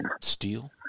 Steel